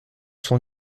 son